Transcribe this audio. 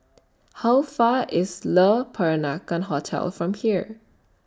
How Far away IS Le Peranakan Hotel from here